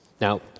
Now